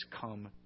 come